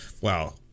Wow